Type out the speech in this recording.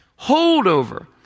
holdover